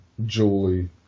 Julie